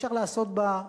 אפשר לעשות בה,